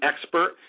expert